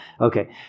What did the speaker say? Okay